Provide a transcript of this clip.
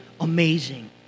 amazing